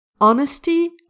honesty